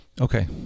okay